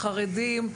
דתיים,